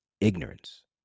ignorance